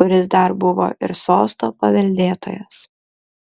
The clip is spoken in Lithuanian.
kuris dar buvo ir sosto paveldėtojas